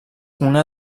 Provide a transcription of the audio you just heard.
una